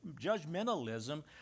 judgmentalism